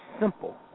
simple